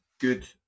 good